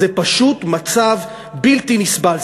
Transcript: זה פשוט מצב בלתי נסבל.